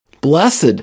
Blessed